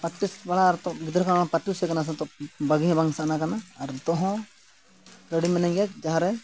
practice ᱵᱟᱲᱟ ᱟᱨᱛᱚ ᱜᱤᱫᱽᱨᱟᱹ ᱠᱷᱚᱱ ᱦᱚᱸ ᱯᱨᱮᱠᱴᱤᱥ ᱠᱟᱱᱟ ᱥᱮ ᱱᱤᱛᱳᱜ ᱵᱟᱹᱜᱤ ᱦᱚᱸ ᱵᱟᱝ ᱥᱟᱱᱟ ᱠᱟᱱᱟ ᱟᱨ ᱱᱤᱛᱳᱜ ᱦᱚᱸ ᱨᱮᱰᱤ ᱢᱤᱱᱟᱹᱧ ᱜᱮᱭᱟ ᱡᱟᱦᱟᱸᱨᱮ